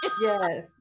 yes